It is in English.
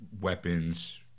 weapons